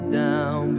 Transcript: down